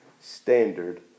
standard